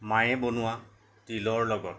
মায়ে বনোৱা তিলৰ লগত